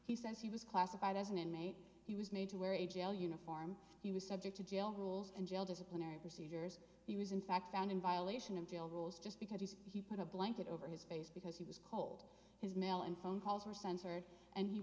he says he was classified as an inmate he was made to wear a jail uniform he was subject to jail rules and jail disciplinary procedures he was in fact found in violation of jail rules just because he put a blanket over his face because he was cold his mail and phone calls were censored and he